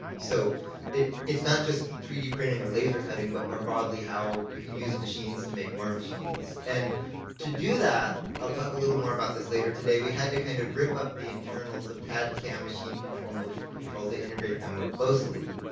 so it's not just three d printing or laser cutting, but more broadly how you can use machines to make more machines. and to do that, i'll talk a little more about this later today, we had to kind of rip up the internals of cad cam machine control, motion control, they integrate them more closely.